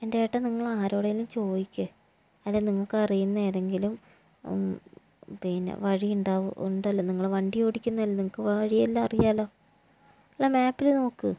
എന്റെ ഏട്ടാ നിങ്ങൾ ആരോടെങ്കിലും ചോദിക്ക് അല്ലെങ്കിൽ നിങ്ങൾക്ക് അറിയുന്ന ഏതെങ്കിലും പിന്നെ വഴി ഉണ്ടാവും ഉണ്ടല്ലോ നിങ്ങൾ വണ്ടി ഓട്ടിക്കുന്നതല്ലേ നിങ്ങൾക്ക് വഴിയെല്ലാം അറിയാമല്ലോ അല്ലെങ്കിൽ മാപ്പിൽ നോക്ക്